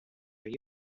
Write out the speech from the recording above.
are